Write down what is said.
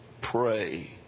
pray